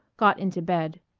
got into bed.